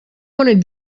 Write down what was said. want